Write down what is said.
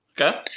Okay